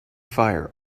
fire